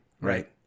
right